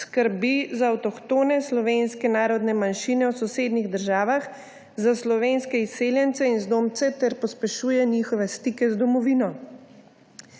skrbi za avtohtone slovenske narodne manjšine v sosednjih državah, za slovenske izseljence in zdomce ter pospešuje njihove stike z domovino.